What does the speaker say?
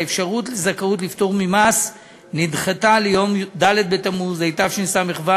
והאפשרות לזכאות לפטור ממס נדחתה ליום ד' בתמוז התשס"ו,